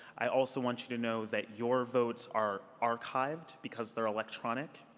i also want you to know that your votes are archiveed, because they're electronic,